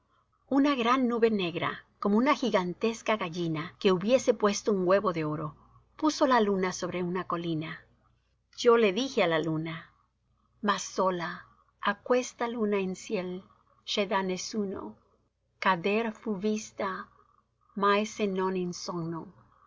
una gran nube negra como una gigantesca gallina que hubiese puesto un huevo de oro puso la luna sobre una colina yo le dije á la luna ma sola ha questa luna in ciel che da nessuno cader fu vista mai se non in sogno